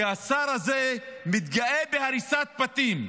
כי השר הזה מתגאה בהריסת בתים.